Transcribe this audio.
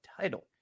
title